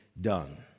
done